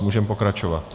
Můžeme pokračovat.